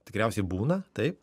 tikriausiai būna taip